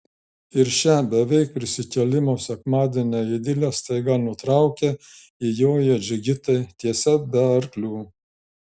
ir šią beveik prisikėlimo sekmadienio idilę staiga nutraukia įjoję džigitai tiesa be arklių